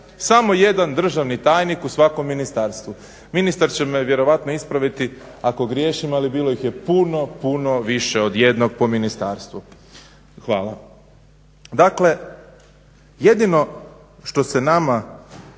samo jedan državni tajnik u svakom ministarstvu. Ministar će me vjerojatno ispraviti ako griješim, ali bilo ih je puno, puno više od jednog po ministarstvu. Hvala. Dakle, jedino što se nama